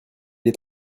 est